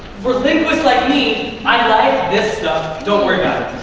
for linguists like me, i like this stuff. don't worry about